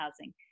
housing